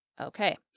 Okay